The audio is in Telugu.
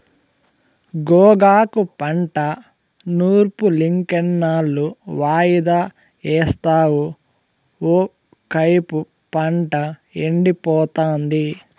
గోగాకు పంట నూర్పులింకెన్నాళ్ళు వాయిదా యేస్తావు ఒకైపు పంట ఎండిపోతాంది